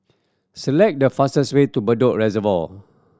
select the fastest way to Bedok Reservoir